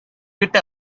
get